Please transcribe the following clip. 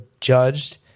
judged